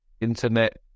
internet